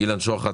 אילן שוחט,